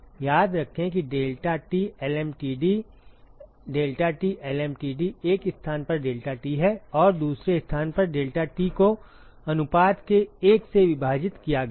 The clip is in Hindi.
याद रखें कि deltaT lmtd deltaT lmtd एक स्थान पर deltaT है और दूसरे स्थान पर deltaT को अनुपात के 1 से विभाजित किया गया है